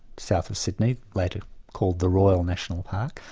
south of sydney, later called the royal national park.